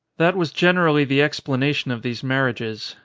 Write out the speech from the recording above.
that was generally the explanation of these marriages.